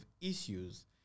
issues